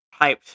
hyped